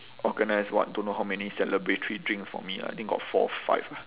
organised what don't know how many celebratory drinks for me lah I think got four five ah